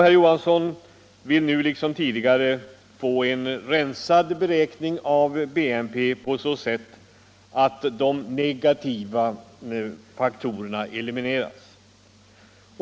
Herr Johansson vill nu liksom tidigare få en rensad beräkning av BNP på så sätt att de negativa faktorerna elimineras.